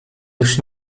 już